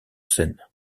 scène